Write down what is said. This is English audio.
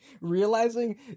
realizing